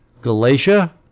Galatia